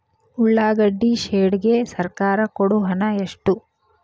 ಉಳ್ಳಾಗಡ್ಡಿ ಶೆಡ್ ಗೆ ಸರ್ಕಾರ ಕೊಡು ಹಣ ಎಷ್ಟು?